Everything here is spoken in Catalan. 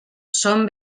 són